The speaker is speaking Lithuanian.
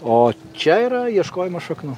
o čia yra ieškojimas šaknų